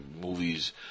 movies